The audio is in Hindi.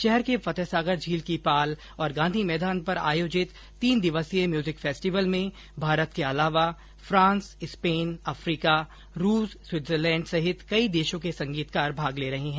शहर के फतहसागर झील की पाल और गांधी मैदान पर आयोजित तीन दिवसीय म्यूजिक फेस्टिवल में भारत के अलावा फ्रांस स्पेन अफ्रीका रूस स्विटजरलैण्ड सहित कई देशो के संगीतकार भाग ले रहे हैं